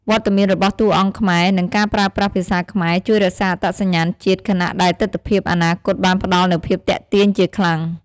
វត្តមានរបស់តួអង្គខ្មែរ និងការប្រើប្រាស់ភាសាខ្មែរ ជួយរក្សាអត្តសញ្ញាណជាតិ ខណៈដែលទិដ្ឋភាពអនាគតបានផ្តល់នូវភាពទាក់ទាញជាខ្លាំង ។